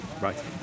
Right